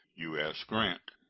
u s. grant.